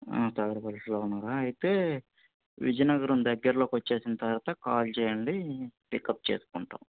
ఆ తొగరి పరిషలో ఉన్నారా అయితే విజయనగరం దగ్గర్లోకి వచ్చేసిన తరువాత కాల్ చేయండి పికప్ చేసుకుంటాము